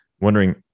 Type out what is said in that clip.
wondering